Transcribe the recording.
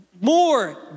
More